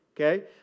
Okay